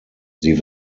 sie